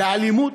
באלימות,